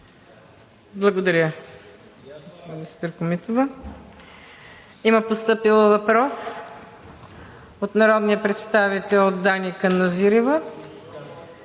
Благодаря, министър Комитова. Има постъпил въпрос от народния представител Дани Каназирева